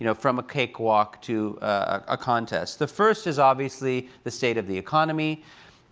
you know from a cakewalk to a contest. the first is obviously the state of the economy.